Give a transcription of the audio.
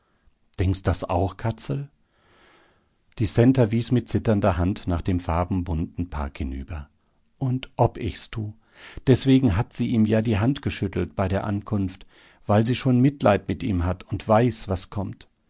denkst das auch katzel die centa wies mit zitternder hand nach dem farbenbunten park hinüber und ob ich's tu deswegen hat sie ihm ja die hand geschüttelt bei der ankunft weil sie schon mitleid mit ihm hat und weiß was kommt